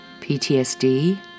PTSD